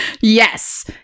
yes